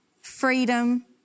freedom